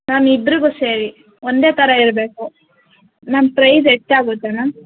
ma'am ಇಬ್ಬರಿಗೂ ಸೇರಿ ಒಂದೇ ಥರ ಇರಬೇಕು ಮ್ಯಾಮ್ ಪ್ರೈಸ್ ಎಷ್ಟಾಗುತ್ತೆ ಮ್ಯಾಮ್